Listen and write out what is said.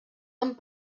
amb